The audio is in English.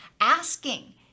asking